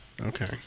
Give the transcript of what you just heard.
Okay